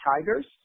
Tigers